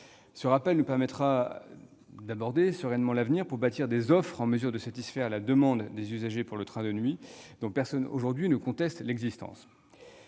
Ce rappel nous permettra d'aborder sereinement l'avenir pour bâtir des offres en mesure de satisfaire la demande des usagers pour le train de nuit, dont personne aujourd'hui ne conteste l'existence.